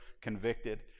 convicted